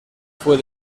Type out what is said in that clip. fue